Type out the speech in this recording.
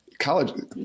College